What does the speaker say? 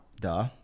duh